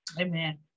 amen